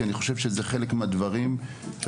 כי אני חושב שזה חלק מהדברים שאנחנו,